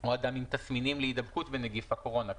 או עם תסמינים להידבקות בנגיף הקורונה,